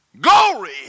glory